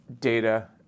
data